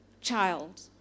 child